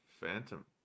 Phantom